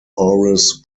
ores